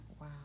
Wow